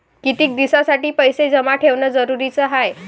कितीक दिसासाठी पैसे जमा ठेवणं जरुरीच हाय?